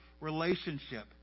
relationship